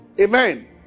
Amen